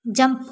jump